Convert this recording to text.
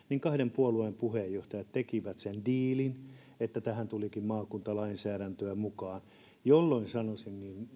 kahden puolueen puheenjohtajat tekivät sen diilin että tähän tulikin maakuntalainsäädäntöä mukaan jolloin sanoisin